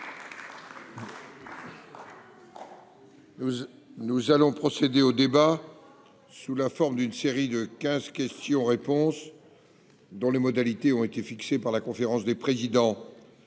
maintenant procéder au débat interactif sous la forme d'une série de quinze questions-réponses, dont les modalités ont été fixées par la conférence des présidents.